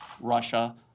russia